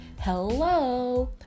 Hello